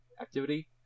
activity